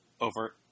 over